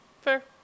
Fair